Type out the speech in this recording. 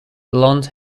blonde